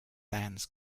sands